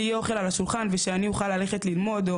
יהיה אוכל על השולחן ושאני אוכל ללכת ללמוד,